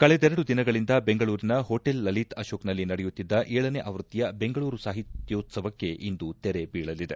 ಕಳೆದೆರಡು ದಿನಗಳಿಂದ ಬೆಂಗಳೂರಿನ ಹೊಟೇಲ್ ಲಲಿತ್ ಅಶೋಕ್ನಲ್ಲಿ ನಡೆಯುತ್ತಿದ್ವ ಗನೇ ಆವ್ಯಕ್ತಿಯ ಬೆಂಗಳೂರು ಸಾಹಿತ್ಯೋತ್ಸವಕ್ಕೆ ಇಂದು ತೆರೆ ಬೀಳಲಿದೆ